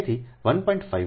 તેથી 1